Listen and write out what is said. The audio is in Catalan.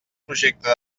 projecte